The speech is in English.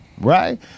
Right